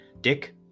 Dick